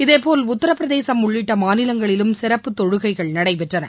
இதேபோல் உத்திரபிரதேசம் உள்ளிட்ட மாநிலங்களிலும் சிறப்பு தொழுகைகள் நடைபெற்றன